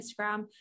Instagram